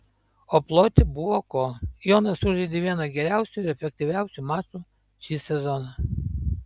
o ploti buvo ko jonas sužaidė vieną geriausių ir efektyviausių mačų šį sezoną